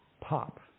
pop